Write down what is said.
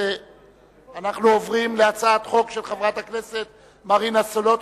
אנחנו עוברים להצעת חוק של מרינה סולודקין.